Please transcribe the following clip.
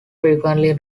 frequently